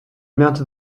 mounted